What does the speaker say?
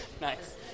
Nice